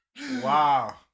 wow